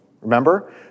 remember